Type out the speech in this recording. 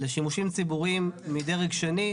לשימושים ציבוריים מדרג שני,